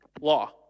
Law